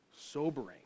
Sobering